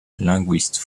linguiste